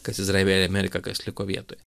kas į izraelį į ameriką kas liko vietoje